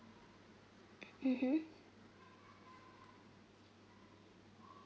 mmhmm